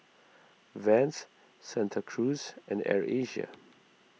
Vans Santa Cruz and Air Asia